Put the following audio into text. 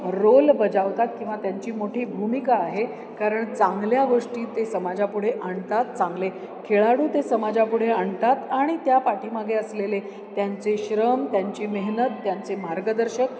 role बजावतात किंवा त्यांची मोठी भूमिका आहे कारण चांगल्या गोष्टी ते समाजापुढे आणतात चांगले खेळाडू ते समाजापुढे आणतात आणि त्या पाठीमागे असलेले त्यांचे श्रम त्यांची मेहनत त्यांचे मार्गदर्शक